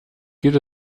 geht